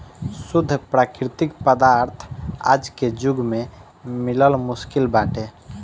शुद्ध प्राकृतिक पदार्थ आज के जुग में मिलल मुश्किल बाटे